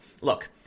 Look